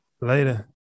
Later